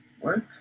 work